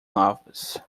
novas